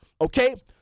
okay